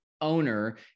owner